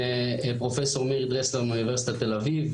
פרופ' מירי דרסלר מאוניברסיטת תל אביב,